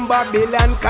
Babylon